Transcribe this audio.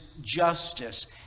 justice